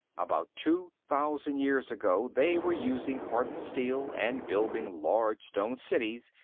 about two thousand years ago, they were using hardened steel and building large stone cities,